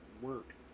work